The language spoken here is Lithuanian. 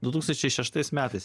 du tūkstančiai šeštais metais